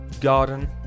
garden